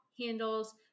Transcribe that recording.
handles